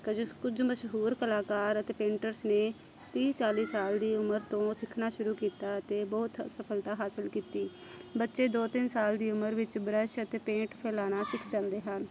ਕਜ ਕੁਝ ਮਸ਼ਹੂਰ ਕਲਾਕਾਰ ਅਤੇ ਪੇਂਟਰਸ ਨੇ ਤੀਹ ਚਾਲੀ ਸਾਲ ਦੀ ਉਮਰ ਤੋਂ ਸਿੱਖਣਾ ਸ਼ੁਰੂ ਕੀਤਾ ਅਤੇ ਬਹੁਤ ਸਫਲਤਾ ਹਾਸਿਲ ਕੀਤੀ ਬੱਚੇ ਦੋ ਤਿੰਨ ਸਾਲ ਦੀ ਉਮਰ ਵਿੱਚ ਬ੍ਰੱਸ਼ ਅਤੇ ਪੇਂਟ ਫੈਲਾਉਣਾ ਸਿੱਖ ਜਾਂਦੇ ਹਨ